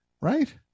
right